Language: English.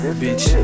bitch